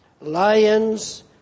lions